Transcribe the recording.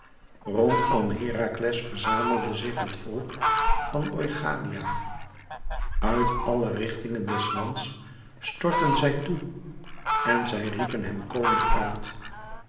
rondom herakles verzamelde zich het volk van oichalia uit alle richtingen des lands stortten zij toe en zij riepen hem koning uit